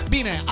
Bine